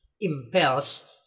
impels